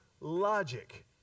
logic